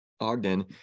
Ogden